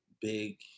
big